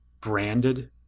branded